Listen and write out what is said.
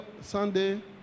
Sunday